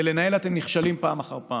בלנהל אתם נכשלים פעם אחר פעם.